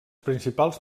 principals